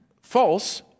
false